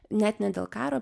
net ne dėl karo